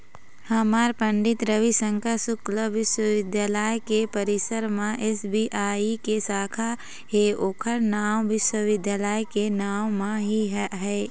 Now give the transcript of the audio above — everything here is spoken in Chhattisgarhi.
हमर पंडित रविशंकर शुक्ल बिस्वबिद्यालय के परिसर म एस.बी.आई के साखा हे ओखर नांव विश्वविद्यालय के नांव म ही है